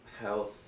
health